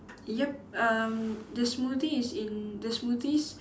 yup um the smoothie is in the smoothies